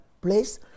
place